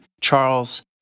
Charles